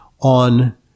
on